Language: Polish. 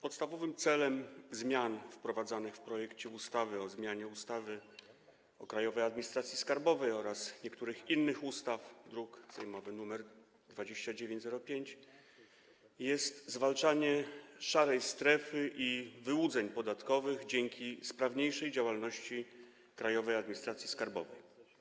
Podstawowym celem zmian wprowadzanych w projekcie ustawy o zmianie ustawy o Krajowej Administracji Skarbowej oraz niektórych innych ustaw, druk sejmowy nr 2905, jest zwalczanie szarej strefy i wyłudzeń podatkowych dzięki sprawniejszej działalności Krajowej Administracji Skarbowej.